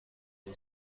این